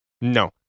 No